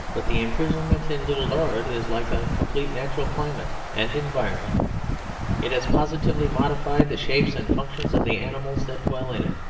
but the imprisonment in little dorrit is like a complete natural climate and environment it has positively modified the shapes and functions of the animals that dwell in it.